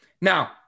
Now